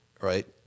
right